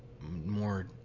more